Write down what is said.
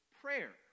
prayer